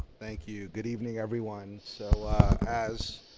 thank you, good evening everyone. so as,